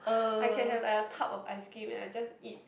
I can have like a tub of ice cream and I just eat